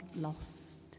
lost